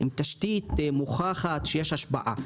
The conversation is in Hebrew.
עם תשתית מוכחת שיש למערכת השפעה.